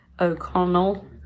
O'Connell